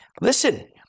Listen